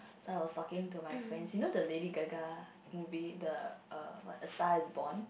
so I was talking to my friends you know the Lady-Gaga movie the err what a-Star-Is-Born